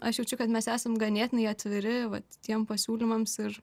aš jaučiu kad mes esam ganėtinai atviri vat tiem pasiūlymams ir